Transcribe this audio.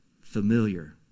familiar